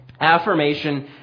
Affirmation